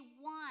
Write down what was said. one